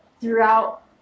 throughout